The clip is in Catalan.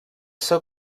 ser